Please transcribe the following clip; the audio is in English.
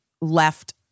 left